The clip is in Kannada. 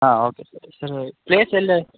ಹಾಂ ಓಕೆ ಸರಿ ಸರ್ ಪ್ಲೇಸ್ ಎಲ್ಲಿ